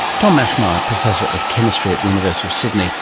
tom maschmeyer, professor of chemistry at the university of sydney